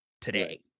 today